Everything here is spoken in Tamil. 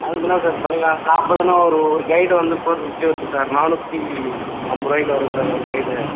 அதுக்கென்ன சார் பண்ணிக்கலாம் நாற்பதுன்னா ஒரு ஒரு கைடு வந்து ஃபோர் ஃபிஃப்டி வருது சார் நாநூற்றி ஐம்பதுரூவாக்கிட்ட வரும் சார் ஒரு கைடு